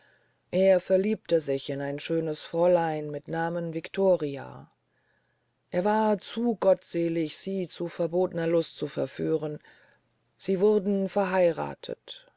er sich in ein schönes fräulein mit nahmen victoria er war zu gottselig sie zu verbotner lust zu verführen sie wurden verheyrathet